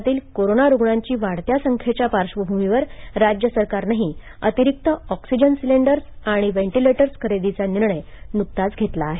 राज्यातील कोरोना रुग्णांची वाढती संख्येच्या पार्श्वभूमीवर राज्य सरकारनंही अतिरिक्त ऑक्सिजन सिलेंडर आणि व्हेंटिलेटर्स खरेदीचा निर्णय नुकताच घेतला आहे